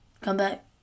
comeback